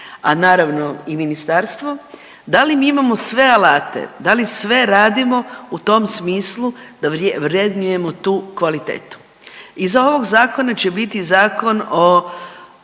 a naravno i Ministarstvo. Da li mi imamo sve alate, da li sve radimo u tom smislu da vrednujemo tu kvalitetu? Iza ovog zakona će biti Zakon o